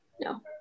no